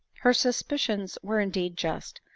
her suspicions were indeed just.